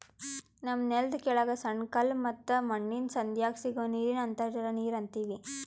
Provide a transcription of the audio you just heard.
ನಮ್ಮ್ ನೆಲ್ದ ಕೆಳಗ್ ಸಣ್ಣ ಕಲ್ಲ ಮತ್ತ್ ಮಣ್ಣಿನ್ ಸಂಧ್ಯಾಗ್ ಸಿಗೋ ನೀರಿಗ್ ಅಂತರ್ಜಲ ನೀರ್ ಅಂತೀವಿ